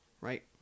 right